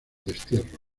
destierro